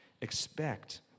Expect